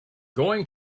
going